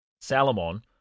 Salomon